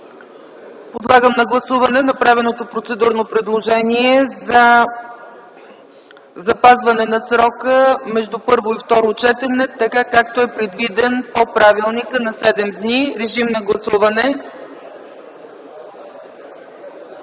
Подлагам на гласуване направеното процедурно предложение за запазване на срока между първо и второ четене, така както е предвиден по правилника – на 7 дни. На гласуване